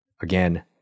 again